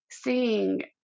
seeing